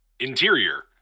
Interior